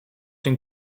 dem